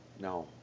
no